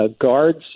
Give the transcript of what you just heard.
guards